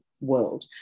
world